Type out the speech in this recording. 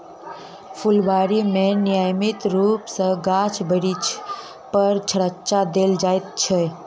फूलबाड़ी मे नियमित रूप सॅ गाछ बिरिछ पर छङच्चा देल जाइत छै